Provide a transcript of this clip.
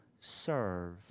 serve